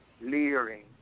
Leering